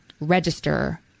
register